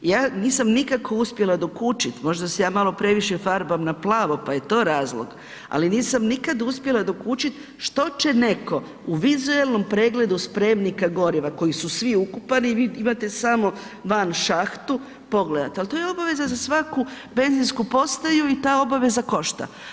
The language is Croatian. Ja nisam nikako uspjela dokučit, možda se ja malo previše farbam na plavo, pa je to razlog, ali nisam nikad uspjela dokučit što će netko u vizualnom pregledu spremnika goriva, koji su svi ukopani i vi imate samo van šahtu pogledat, ali to je obaveza za svaku benzinsku postaju i ta obaveza košta.